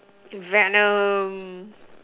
Venom